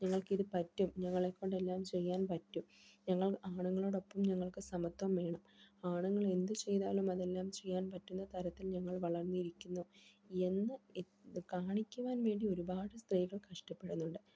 ഞങ്ങൾക്കിത് പറ്റും ഞങ്ങളെക്കൊണ്ടെല്ലാം ചെയ്യാൻ പറ്റും ഞങ്ങൾ ആണുങ്ങളോടൊപ്പം ഞങ്ങൾക്ക് സമത്വം വേണം ആണുങ്ങൾ എന്ത് ചെയ്താലും അതെല്ലാം ചെയ്യാൻ പറ്റുന്ന തരത്തിൽ ഞങ്ങൾ വളർന്നിരിക്കുന്നു എന്നു കാണിക്കുവാൻ വേണ്ടി ഒരുപാട് സ്ത്രീകൾ കഷ്ടപ്പെടുന്നുണ്ട്